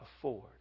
afford